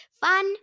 Fun